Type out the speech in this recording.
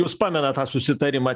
jūs pamenat tą susitarimą